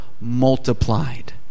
multiplied